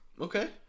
Okay